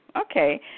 okay